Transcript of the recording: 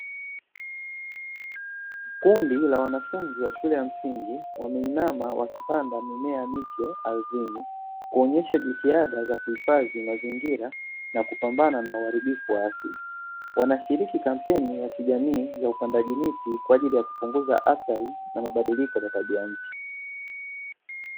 Kundi la wanafunzi wa shule ya msingi wameinama wakipanda mimea miche ardhini, kuonyesha jitihada za kuhifadhi mazingira na kupambana na uharibifu wa asili wanashiriki kampeni ya kijamii ya upandaji miti kwa ajili ya kupunguza athari na mabadiliko na tabia nchi.